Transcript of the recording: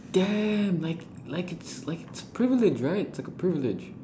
damn like like it's like privilege right it's like a privilege